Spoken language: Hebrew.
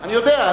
אני יודע.